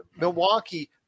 Milwaukee